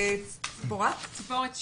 ציפורת שימל,